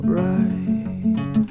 right